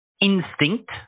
instinct